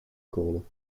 kolen